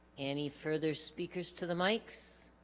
any further speakers to the mics